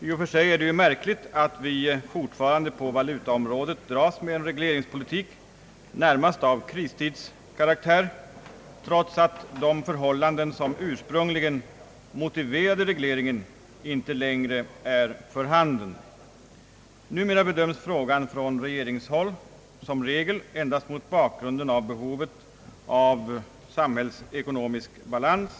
I och för sig är det ju märkligt att vi fortfarande på valutaområdet dras med en regleringspolitik, som närmast är av kristidskaraktär, trots att de förhållanden som ursprungligen motiverade regleringen inte längre är för handen. Numera bedöms frågan på regeringshåll som regel endast mot bakgrunden av behovet av samhällsekonomisk balans.